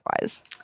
wise